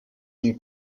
and